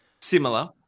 similar